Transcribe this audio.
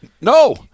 No